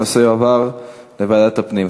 הנושא יועבר לוועדת הפנים.